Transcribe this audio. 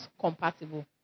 compatible